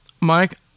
Mike